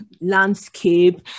landscape